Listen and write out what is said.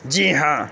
جی ہاں